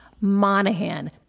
Monahan